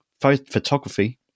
photography